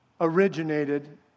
originated